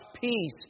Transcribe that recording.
peace